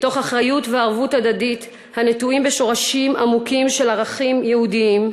מתוך אחריות וערבות הדדית הנטועות בשורשים עמוקים של ערכים יהודיים,